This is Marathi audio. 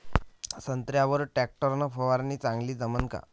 संत्र्यावर वर टॅक्टर न फवारनी चांगली जमन का?